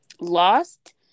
lost